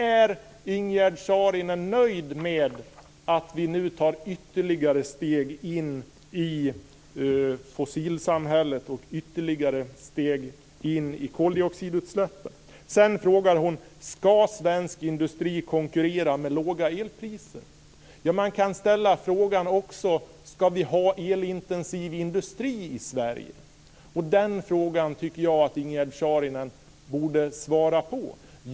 Är Ingegerd Saarinen nöjd med att vi nu tar ytterligare steg in i fossilsamhället och ytterligare steg mot koldioxidutsläpp? Sedan frågar Ingegerd Saarinen om svensk industri ska konkurrera med låga elpriser. Man kan fråga sig om vi ska ha elintensiv industri i Sverige. Den frågan tycker jag att Ingegerd Saarinen borde svara på.